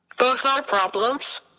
both are problems.